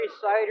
cider